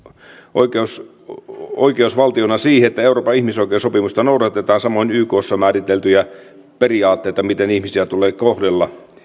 oikeusvaltiona siihen että euroopan ihmisoikeussopimusta noudatetaan samoin ykssa määriteltyjä periaatteita miten ihmisiä tulee kohdella